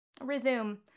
Resume